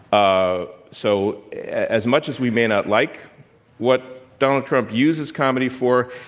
ah so as much as we may not like what donald trump uses comedy for,